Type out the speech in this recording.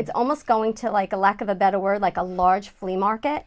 it's almost going to like a lack of a better word like a large flea market